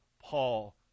Paul